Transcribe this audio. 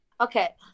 Okay